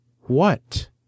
What